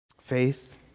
Faith